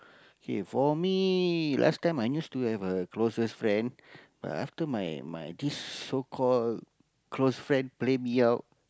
K for me last time I used to have a closest friend but after my my this so called close friend play me out